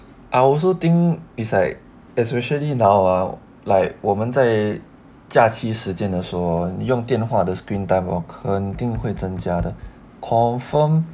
I also think it's like especially now ah like 我们在假期的时间 hor 用电话的 screen time 肯定会增加的 confirm